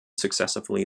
successively